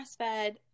breastfed